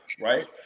right